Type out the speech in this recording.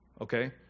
Okay